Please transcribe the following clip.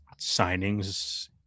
signings